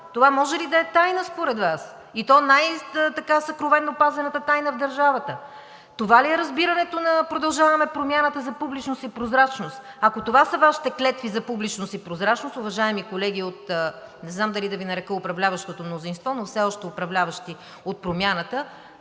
Това може ли да е тайна според Вас, и то най-съкровено пазената тайна в държавата? Това ли е разбирането на „Продължаваме Промяната“ за публичност и прозрачност? Ако това са Вашите клетви за публичност и прозрачност, уважаеми колеги – не знам дали да Ви нарека управляващото мнозинство, но все още управляващи от Промяната,